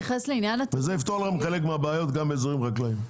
זה יפתור לנו חלק מהבעיות גם באזורים חקלאיים.